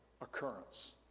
occurrence